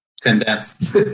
condensed